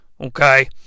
Okay